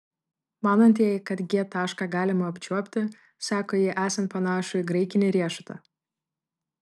manantieji kad g tašką galima apčiuopti sako jį esant panašų į graikinį riešutą